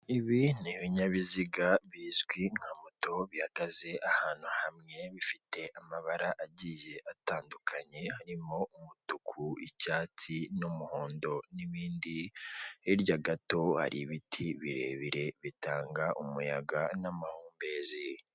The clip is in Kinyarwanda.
Ibi ni ibinyabiziga bizwi nka moto bihagaze ahantu hamwe bifite amabara agiye atandukanye harimo umutuku ,icyatsi n'umuhondo n'ibindi . Hirya gato hari ibiti birebire bitanga umuyaga n'amahumbezi .